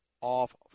off